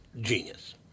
Genius